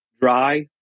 dry